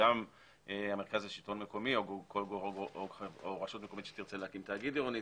וגם מרכז השלטון המקומי וכל רשות שתרצה להקים תאגיד עירוני.